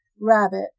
rabbit